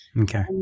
Okay